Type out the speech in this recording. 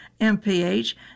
MPH